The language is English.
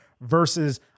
versus